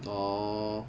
哦